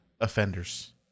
offenders